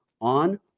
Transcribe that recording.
on